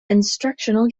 instructional